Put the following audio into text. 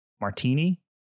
martini